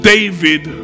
David